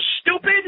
stupid